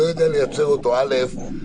כלומר